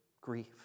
grief